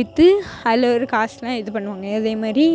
விற்று அதில் வரக் காசுலாம் இது பண்ணுவாங்க அதே மாதிரி